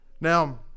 Now